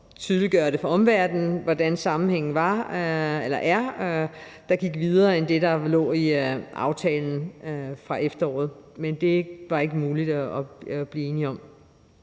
omverdenen, hvordan sammenhængen er, gik videre end det, der lå i aftalen fra efteråret. Men det var ikke muligt at blive enige om